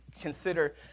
consider